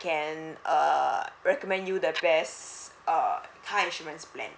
can uh recommend you the best uh car insurance plan